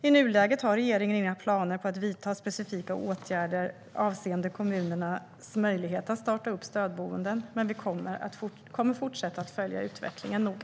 I nuläget har regeringen inga planer på att vidta specifika åtgärder avseende kommunernas möjlighet att starta stödboenden. Men vi kommer fortsatt att följa utvecklingen noga.